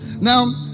Now